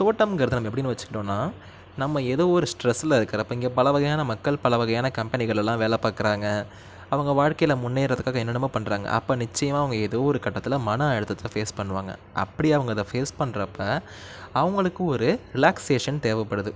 தோட்டம்ங்கிறது நம்ம எப்படினு வச்சுக்கிட்டோம்னா நம்ம ஏதோ ஒரு ஸ்ட்ரெஸில் இருக்குறப்போ இங்கே பல வகையான மக்கள் பல வகையான கம்பெனிகள் எல்லாம் வேலை பார்க்குறாங்க அவங்க வாழ்க்கையில் முன்னேற்றத்துக்காக என்னென்ன பண்ணுறாங்க அப்போ நிச்சயமாக அவங்க ஏதோ ஒரு கட்டத்தில் மன அழுத்தத்தை ஃபேஸ் பண்ணுவாங்க அப்படி அவங்க அதை ஃபேஸ் பண்ணுறப்ப அவங்களுக்கு ஒரு ரிலேக்ஸ்ஷேஷன் தேவைப்படுது